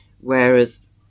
whereas